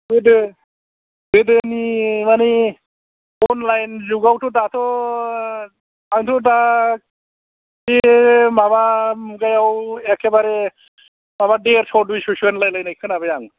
गोदो गोदोनि माने अनलाइन जुगावथ' दाथ' आंथ' दा बे माबा मुगायाव एकेबारे माबा देरस' दुइस'सो होनलायलायनाय खोनाबाय आं